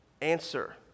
answer